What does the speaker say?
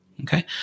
Okay